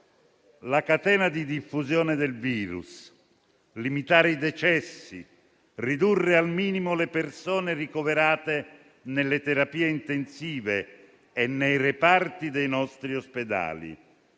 la catena di diffusione del virus, limitare i decessi e ridurre al minimo le persone ricoverate nelle terapie intensive e nei reparti dei nostri ospedali.